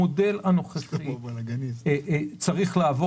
המודל הנוכחי צריך לעבור.